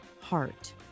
heart